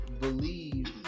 believe